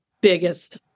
biggest